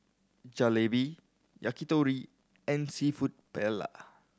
Jalebi Yakitori and Seafood Paella